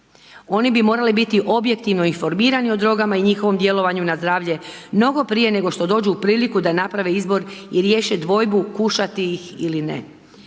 Oni bi morali biti objektivno informirani o drogama i njihovom djelovanju na zdravlje mnogo prije nego što dođu u priliku da naprave izbor i riješe dvojbu kušati ih ili ne.